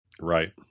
Right